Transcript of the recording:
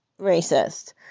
racist